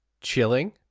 chilling